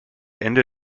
ende